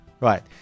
Right